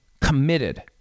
committed